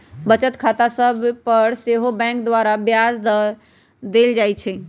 बचत खता सभ पर सेहो बैंक द्वारा ब्याज देल जाइ छइ